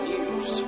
News